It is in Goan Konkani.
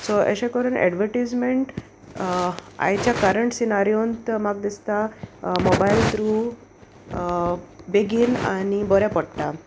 सो अशें करून एडवर्टीजमेंट आयच्या कारण सिनारियोंत म्हाका दिसता मोबायल थ्रू बेगीन आनी बरें पडटा